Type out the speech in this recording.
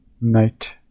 Knight